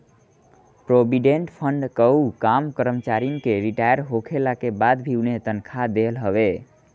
provident fund कअ काम करमचारिन के रिटायर होखला के बाद भी उनके तनखा देहल हवे